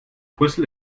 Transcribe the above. brüssel